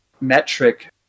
metric